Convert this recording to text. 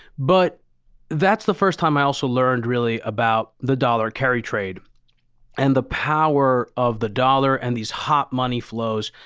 but that's the first time i also learned really about the dollar carry trade and the power of the dollar and these hot money flows.